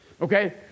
Okay